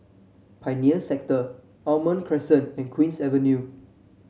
Pioneer Sector Almond Crescent and Queen's Avenue